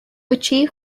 achieve